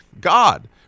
God